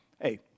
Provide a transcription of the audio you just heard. hey